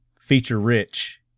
feature-rich